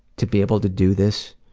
to be able to do this,